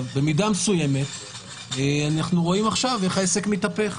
במידה מסוימת אנחנו רואים עכשיו איך העסק מתהפך.